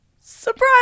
surprise